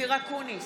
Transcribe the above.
אופיר אקוניס,